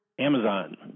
Amazon